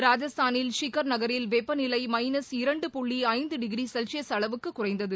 ராஜஸ்தானில் ஷிக்கர் நகரில் வெப்பநிலை மைனஸ் இரண்டு புள்ளி ஐந்து டிகிரி செல்சியஸ் அளவுக்கு குறைந்தது